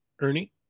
Ernie